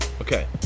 Okay